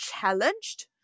challenged